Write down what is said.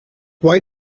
why